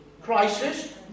crisis